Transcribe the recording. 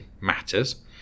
matters